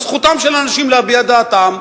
אז זכותם של אנשים להביע את דעתם,